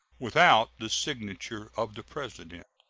without the signature of the president.